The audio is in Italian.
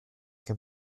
che